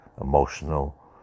emotional